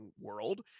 world